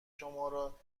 شما